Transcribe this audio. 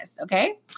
okay